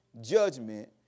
judgment